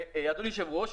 אדוני היושב ראש,